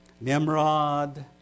Nimrod